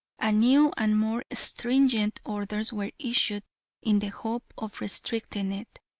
and new and more stringent orders were issued in the hope of restricting it.